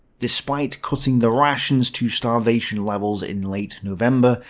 despite cutting the rations to starvation levels in late november,